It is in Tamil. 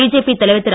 பிஜேபி தலைவர் திரு